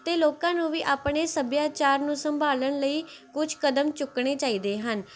ਅਤੇ ਲੋਕਾਂ ਨੂੰ ਵੀ ਆਪਣੇ ਸੱਭਿਆਚਾਰ ਨੂੰ ਸੰਭਾਲਣ ਲਈ ਕੁਛ ਕਦਮ ਚੁੱਕਣੇ ਚਾਹੀਦੇ ਹਨ